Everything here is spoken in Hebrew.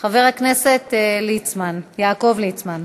חבר הכנסת יעקב ליצמן.